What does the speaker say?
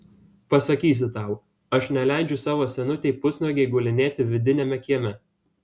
pasakysiu tau aš neleidžiu savo senutei pusnuogei gulinėti vidiniame kieme